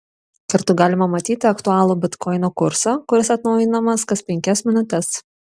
kartu galima matyti aktualų bitkoino kursą kuris atnaujinamas kas penkias minutes